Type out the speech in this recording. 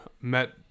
met